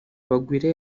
bagwire